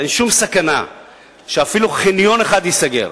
אין שום סכנה שאפילו חניון אחד ייסגר.